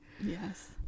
Yes